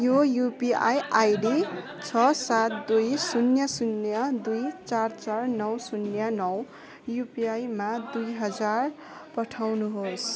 यो UPI ID छ सात दुई शून्य शून्य दुई चार चार नौ शुन्य नौ युपिआईमा दुई हजार पठाउनुहोस्